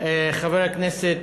חברי הכנסת,